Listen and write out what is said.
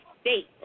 state